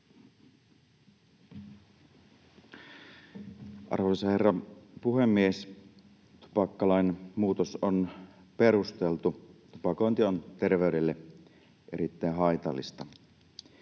Arvoisa herra puhemies! Tupakkalain muutos on perusteltu, tupakointi on terveydelle erittäin haitallista.